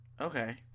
Okay